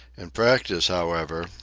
in practice, however,